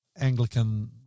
Anglican